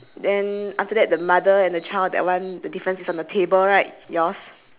then after that um the guy cutting is not a difference